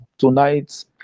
Tonight